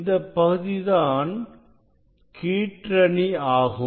இந்தப் பகுதி தான் கீற்றணி ஆகும்